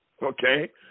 Okay